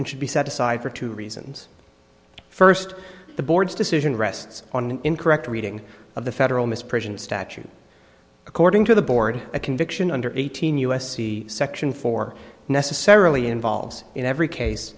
and should be set aside for two reasons first the board's decision rests on an incorrect reading of the federal misprision statute according to the board a conviction under eighteen u s c section four necessarily involves in every case